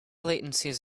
latencies